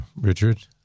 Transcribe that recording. Richard